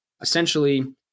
essentially